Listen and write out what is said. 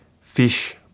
fish